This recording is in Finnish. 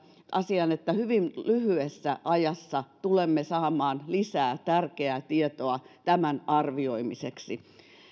asian että hyvin lyhyessä ajassa tulemme saamaan lisää tärkeää tietoa tämän arvioimiseksi